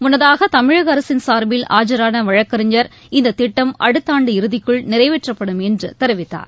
முன்னதாக தமிழக அரசின் சார்பில் ஆஜரான வழக்கறிஞர் இந்த திட்டம் அடுத்த ஆண்டு இறுதிக்குள் நிறைவேற்றப்படும் என்று தெரிவித்தார்